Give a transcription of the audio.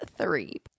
three